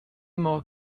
more